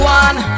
one